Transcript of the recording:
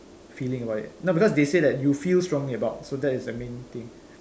feeling about it no because they said you feel strongly about so that is the main thing